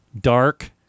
dark